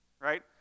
right